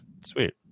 sweet